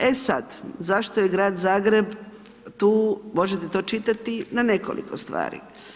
E sad, zašto je Grad Zagreb tu, možete to čitati na nekoliko stvari.